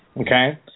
Okay